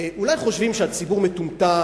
אולי חושבים שהציבור מטומטם,